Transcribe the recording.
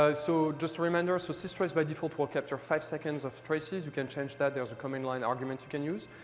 so so just a reminder. so systrace by default will capture five seconds of traces. you can change that as a comment line argument you can use.